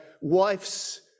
wife's